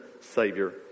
Savior